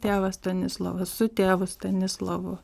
tėvą stanislovą su tėvu stanislovu